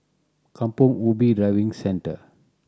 Kampong Ubi Driving Centre